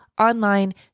online